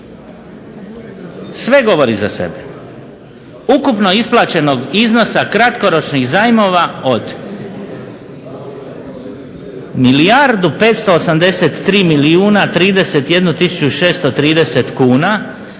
Sve govori za sebe. Ukupno isplaćenog iznosa kratkoročnih zajmova od milijardu